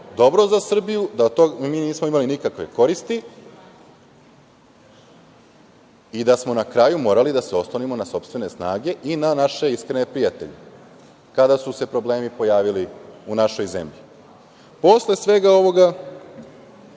dovoljno za Srbiju, da mi od toga nismo imali nikakve koristi i da smo na kraju morali da se oslonimo na sopstvene snage i na naše iskrene prijatelje kada su se problemi pojavili u našoj zemlji. Posle svega ovoga